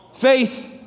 Faith